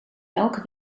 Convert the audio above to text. elke